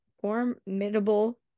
formidable